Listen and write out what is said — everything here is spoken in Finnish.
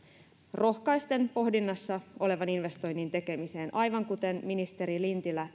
rohkaisten pohdinnassa olevan investoinnin tekemiseen aivan kuten ministeri lintilä